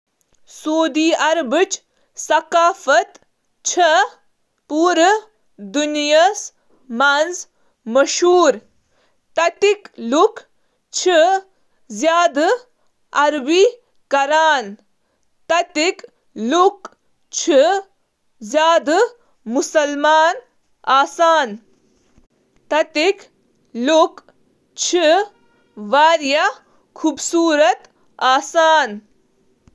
سعودی عربٕچ ثقافتی ترتیب چھِ عرب تہٕ اسلٲمی ثقافت سۭتۍ واریاہ متٲثر۔ معاشرٕ چُھ عام طورس پیٹھ گہری مذہبی، قدامت پسند، روایتی تہٕ خاندانس پیٹھ مبنی۔ واریاہ رویہٕ تہٕ روایتہٕ چِھ صدیو پران، یم عرب تہذیب تہٕ اسلٲمی ورثہٕ سۭتۍ ماخوذ چِھ۔